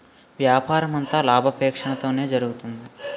వ్యాపారమంతా లాభాపేక్షతోనే జరుగుతుంది